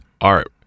art